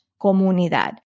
Comunidad